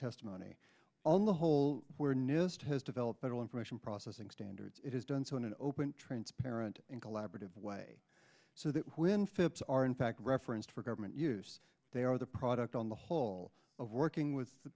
testimony on the whole where nist has developmental information processing standards it has done so in an open transparent and collaborative way so that when phipps are in fact referenced for government use they are the product on the whole of working with